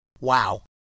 Wow